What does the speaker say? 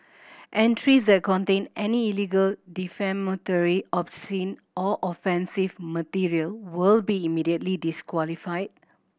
entries that contain any illegal defamatory obscene or offensive material will be immediately disqualified